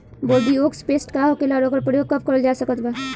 Bordeaux paste का होखेला और ओकर प्रयोग कब करल जा सकत बा?